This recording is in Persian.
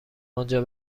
آنجا